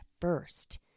first